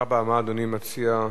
מה אדוני מציע?